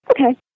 Okay